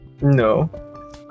no